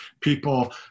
people